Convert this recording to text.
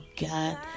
God